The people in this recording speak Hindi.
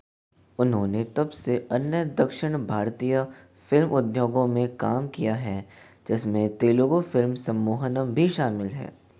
उन्होंने तब से अन्य दक्षिण भारतीय फिल्म उद्योगो में काम किया हैं जिसमें तेलुगु फिल्म सम्मोहनम भी शामिल है